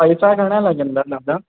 पैसा घणा लॻंदा दादा